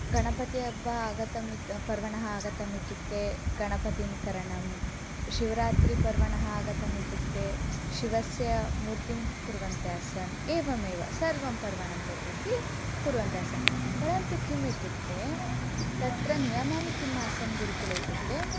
गणपति हब्बा आगतम् इति पर्वणः आगतम् इत्युक्ते गणपतिकरणं शिवरात्रिपर्वणः आगतम् इत्युक्ते शिवस्य मूर्तिं कुर्वन्तः आसन् एवमेव सर्वं पर्वणं प्रत्यपि कुर्वन्तः आसन् परन्तु किम् इत्युक्ते तत्र नियमानि किम् आसन् गुरुकुले इत्युक्ते